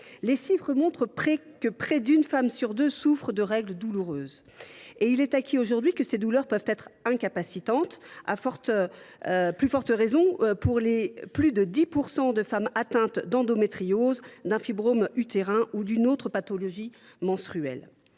Les statistiques montrent que près d’une femme sur deux souffre de règles douloureuses. Il est acquis aujourd’hui que ces douleurs peuvent être incapacitantes, à plus forte raison pour les plus de 10 % de femmes atteintes d’endométriose, d’un fibrome utérin ou d’une autre pathologie menstruelle.